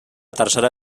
tercera